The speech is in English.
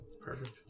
Perfect